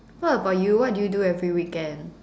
what about you what do you do every weekend